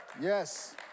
Yes